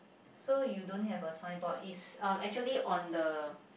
so you don't have a signboard it's uh actually on the